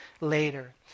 later